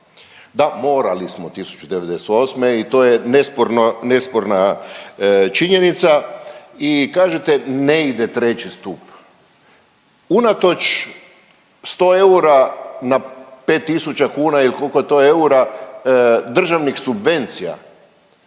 Da, morali smo 1998. i to je nesporno, nesporna činjenica i kažete ne ide III. stup. Unatoč 100 eura na 5 tisuća kuna il kolko je to eura, državnih subvencija,